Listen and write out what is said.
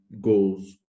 goals